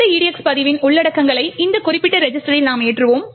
அடுத்து இந்த EDX பதிவின் உள்ளடக்கங்களை இந்த குறிப்பிட்ட ரெஜிஸ்டரில் நாம் ஏற்றுவோம்